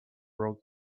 broke